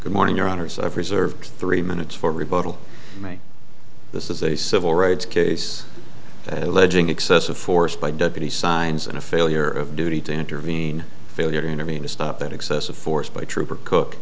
good morning your honor so i've reserved three minutes for rebuttal this is a civil rights case that alleging excessive force by deputy signs and a failure of duty to intervene failure to intervene to stop excessive force by trooper cook